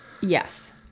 Yes